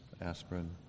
aspirin